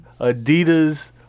Adidas